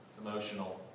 emotional